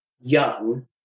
young